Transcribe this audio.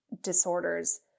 disorders